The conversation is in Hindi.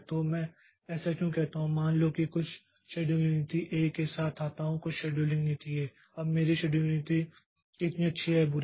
तो मैं ऐसा क्यों कहता हूं मान लो कि मैं कुछ नई शेड्यूलिंग नीति A के साथ आता हूं कुछ शेड्यूलिंग नीति A अब मेरी शेड्यूलिंग नीति कितनी अच्छी या बुरी है